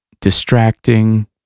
distracting